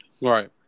Right